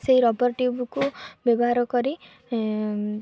ସେଇ ରବର ଟ୍ୟୁବ୍କୁ ବ୍ୟବହାର କରି